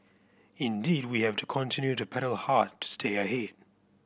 indeed we have to continue to paddle hard to stay ahead